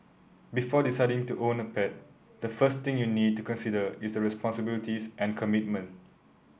before deciding to own a pet the first thing you need to consider is the responsibilities and commitment